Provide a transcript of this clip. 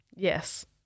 Yes